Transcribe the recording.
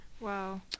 wow